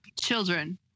children